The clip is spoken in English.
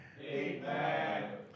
Amen